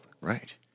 Right